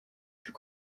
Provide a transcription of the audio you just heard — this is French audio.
plus